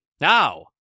Now